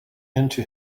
into